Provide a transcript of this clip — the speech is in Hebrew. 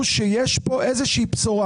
פה איזה שהיא בשורה.